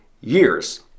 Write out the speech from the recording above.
years